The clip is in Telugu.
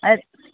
అదే